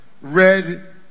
red